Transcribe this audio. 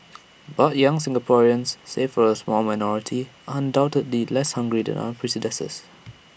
but young Singaporeans save for A small minority are undoubtedly less hungry than our predecessors